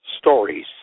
stories